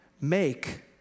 make